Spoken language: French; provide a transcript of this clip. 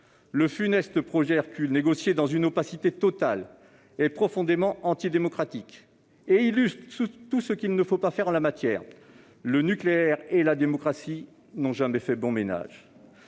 Le funeste projet Hercule, négocié dans une opacité totale, est profondément antidémocratique. Il illustre tout ce qu'il ne faut pas faire en la matière. Le nucléaire et la démocratie n'ont décidément jamais fait bon ménage.